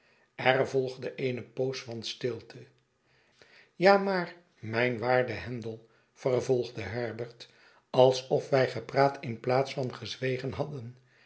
er volgde eene poos van stilte ja maar mijn waarde handel vervolgde herbert alsof wij gepraat in plaats van gezwegen hadden